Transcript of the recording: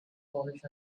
polish